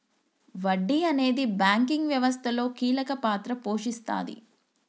వడ్డీ అనేది బ్యాంకింగ్ వ్యవస్థలో కీలక పాత్ర పోషిస్తాది